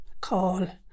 call